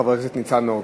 חבר הכנסת ניצן הורוביץ.